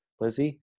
Lizzie